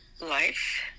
life